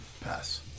Pass